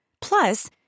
Plus